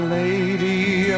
lady